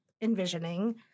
envisioning